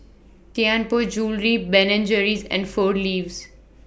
Tianpo Jewellery Ben and Jerry's and four Leaves